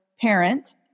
parent